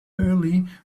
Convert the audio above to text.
early